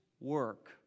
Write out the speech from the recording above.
work